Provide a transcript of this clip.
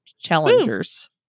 Challengers